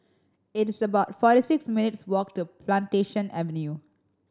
it is about forty six minutes' walk to Plantation Avenue